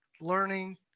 learning